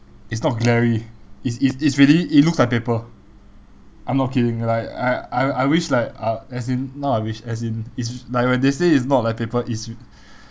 it's not glary it's it's really look like paper I'm not kidding like I I I wish like uh as in not I wish as in it's like when they say it's not like paper it's